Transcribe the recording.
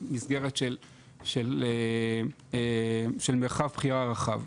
מסגרת של מרחב בחירה רחב.